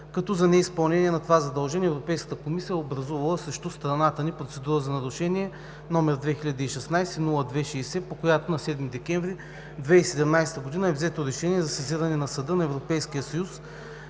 като за неизпълнение на това задължение Европейската комисия е образувала срещу страната ни процедура за нарушение № 2016/0260, по която на 7 декември 2017 г. е взето решение за сезиране на Съда на Европейския съюз,